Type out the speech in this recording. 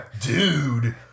Dude